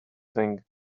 thing